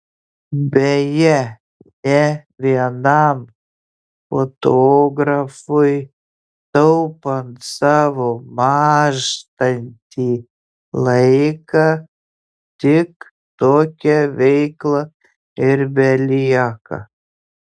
beje ne vienam fotografui taupant savo mąžtantį laiką tik tokia veikla ir belieka